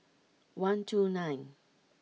one two nine